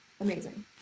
Amazing